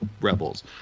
Rebels